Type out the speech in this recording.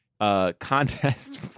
contest